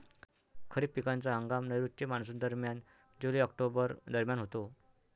खरीप पिकांचा हंगाम नैऋत्य मॉन्सूनदरम्यान जुलै ऑक्टोबर दरम्यान होतो